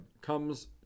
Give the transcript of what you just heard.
comes